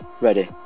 Ready